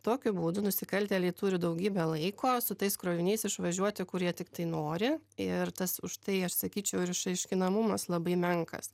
tokiu būdu nusikaltėliai turi daugybę laiko su tais kroviniais išvažiuoti kur jie tiktai nori ir tas už tai aš sakyčiau ir išaiškinamumas labai menkas